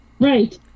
Right